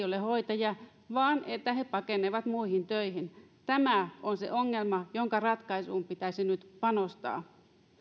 ole hoitajia vaan se että he pakenevat muihin töihin tämä on se ongelma jonka ratkaisuun pitäisi nyt panostaa